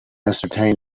ascertain